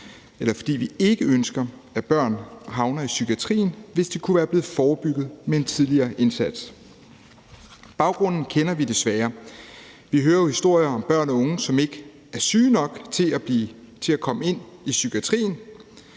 og fordi vi ikke ønsker, at børn havner i psykiatrien, hvis det kunne være blevet forebygget med en tidligere indsats. Baggrunden kender vi desværre. Vi hører jo historier om børn og unge, som ikke er syge nok til at komme ind i psykiatrien,